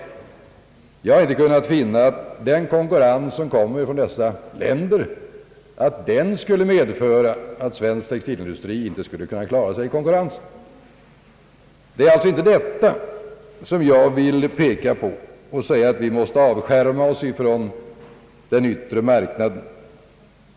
Jag har inte kunnat finna att den konkurrens som kommer från dessa länder skulle medföra att svensk textilindustri inte skulle kunna klara sig i konkurrensen. Jag vill alltså inte säga att vi måste avskärma oss från den yttre marknaden.